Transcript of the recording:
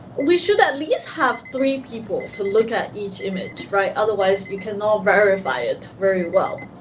we should at least have three people to look at each image, right? otherwise, you can not verify it very well.